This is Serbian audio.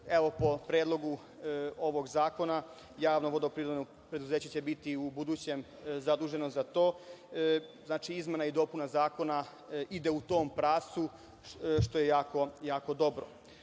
Po predlogu ovog zakona Javno vodoprivredno preduzeće će biti ubuduće zaduženo za to, znači izmena i dopuna Zakona ide u tom pravcu, što je jako dobro. Dobro